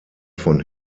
von